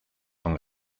con